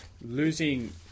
losing